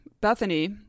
Bethany